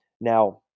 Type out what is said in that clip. Now